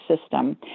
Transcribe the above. system